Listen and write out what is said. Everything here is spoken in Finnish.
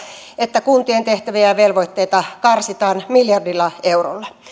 että kun tien tehtäviä ja velvoitteita karsitaan miljardilla eurolla